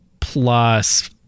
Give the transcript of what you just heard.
plus